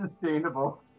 Sustainable